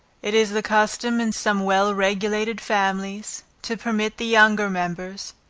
it is the custom in some well regulated families, to permit the younger members,